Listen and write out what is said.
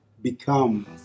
become